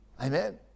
Amen